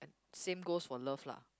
same goes for love lah